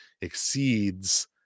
exceeds